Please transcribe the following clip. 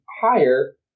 higher